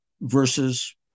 versus